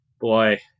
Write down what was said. boy